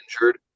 injured